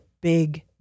big